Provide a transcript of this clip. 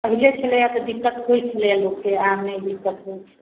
पहिने छलैए कि दिक्कत होइत छलै लोकके आब नहि दिक्कत होइत छै